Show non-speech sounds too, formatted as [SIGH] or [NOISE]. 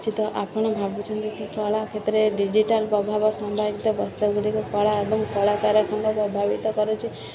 କିଛି ତ ଆପଣ ଭାବୁଛନ୍ତି କି କଳା କ୍ଷେତ୍ରରେ ଡିଜିଟାଲ୍ ପ୍ରଭାବ [UNINTELLIGIBLE] ଗୁଡ଼ିକ କଳା ଏବଂ କଳାକାର ପ୍ରଭାବିତ କରିଛି